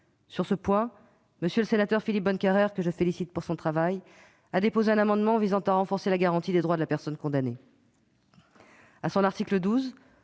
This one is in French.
Sur ce point, monsieur le rapporteur Philippe Bonnecarrère, que je félicite pour son travail, a déposé un amendement visant à renforcer la garantie des droits de la personne condamnée. L'article 12